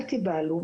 אל תיבהלו.